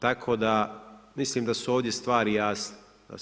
Tako da mislim da su ovdje stvari jasne.